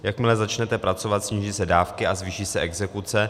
Jakmile začnete pracovat, sníží se dávky a zvýší se exekuce.